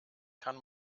kann